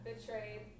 betrayed